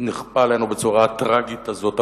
נכפה עלינו בצורה הטרגית הזאת.